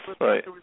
right